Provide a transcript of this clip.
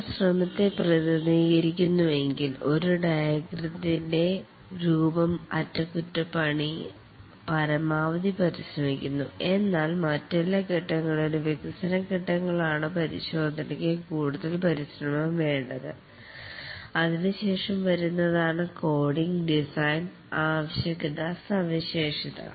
നമ്മൾ ശ്രമത്തെ പ്രതിനിധീകരിക്കുന്നു എങ്കിൽ ഒരു ഡയഗ്രാം ഇൻറെ രൂപം അറ്റകുറ്റപ്പണി പരമാവധി പരിശ്രമിക്കുന്നു എന്നാൽ മറ്റെല്ലാ ഘട്ടങ്ങളിലും വികസന ഘട്ടങ്ങളാണ് പരിശോധനക്ക് കൂടുതൽ പരിശ്രമം വേണ്ടതുണ്ട് അതിനുശേഷം വരുന്നതാണ്കോഡിങ് ഡിസൈൻ ആവശ്യകത സവിശേഷത